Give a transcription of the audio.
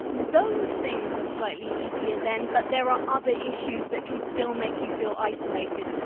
those things are slightly easier then but there are other issues that can still make you feel isolated.